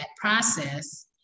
process